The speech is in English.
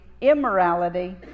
immorality